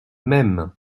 mêmes